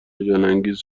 هیجانانگیز